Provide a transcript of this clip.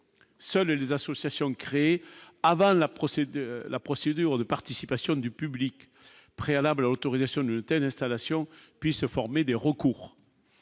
selon les associations de créer Havana procédé la procédure de participation du public préalable autorisation de telles installations puissent former des recours,